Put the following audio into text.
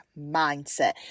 mindset